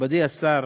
מכובדי השר,